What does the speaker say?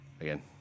again